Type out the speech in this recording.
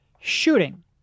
shooting